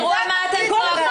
תראו על מה אתן צועקות.